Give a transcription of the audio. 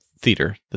theater